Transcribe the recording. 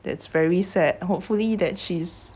that's very sad hopefully that she's